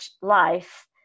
life